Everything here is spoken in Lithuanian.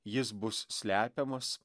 jis bus slepiamas